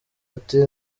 ati